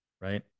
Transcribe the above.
Right